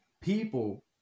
people